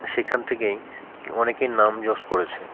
সেখান থেকেই অনেকে নাম যশ করেছে